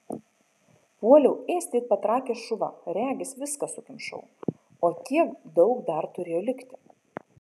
puoliau ėsti it patrakęs šuva regis viską sukimšau o tiek daug dar turėjo likti